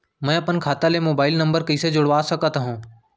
मैं अपन खाता ले मोबाइल नम्बर कइसे जोड़वा सकत हव?